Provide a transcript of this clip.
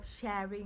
sharing